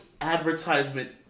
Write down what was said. advertisement